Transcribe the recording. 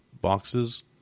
boxes